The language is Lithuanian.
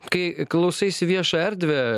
kai klausaisi viešą erdvę